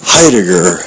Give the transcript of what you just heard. Heidegger